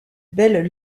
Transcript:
belles